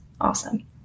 awesome